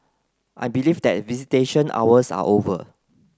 I believe that visitation hours are over